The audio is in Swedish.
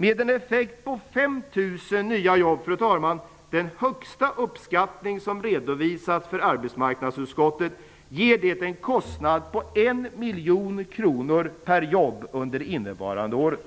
Med en effekt på 5 000 nya jobb - den högsta uppskattning som redovisats för arbetsmarknadsutskottet - blir det en kostnad på 1 miljon kronor per jobb under innevarande år.